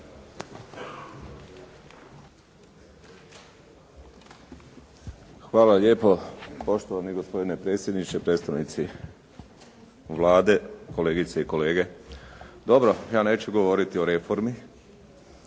Hvala lijepo poštovani gospodine predsjedniče, predstavnici Vlade, kolegice i kolege. Dobro, ja neću govoriti o reformi